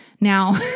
Now